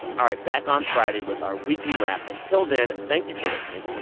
all right back on friday with our weekly wrap. until then, thank you for listening.